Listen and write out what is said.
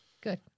good